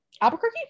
Albuquerque